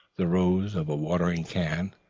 the rose of a watering-can,